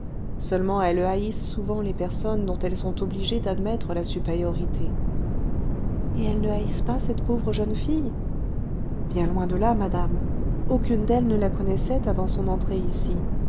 seulement elles haïssent souvent les personnes dont elles sont obligées d'admettre la supériorité et elles ne haïssent pas cette pauvre jeune fille bien loin de là madame aucune d'elles ne la connaissait avant son entrée ici